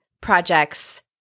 projects